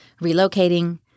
relocating